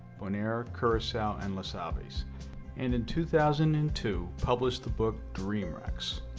bonaire curacao and las ah aves and in two thousand and two published the book dream wrecks.